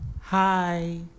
Hi